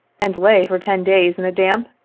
and lay for ten days in a damp,